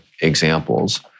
examples